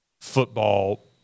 football